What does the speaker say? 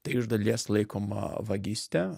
tai iš dalies laikoma vagyste